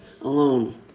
alone